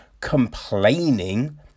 complaining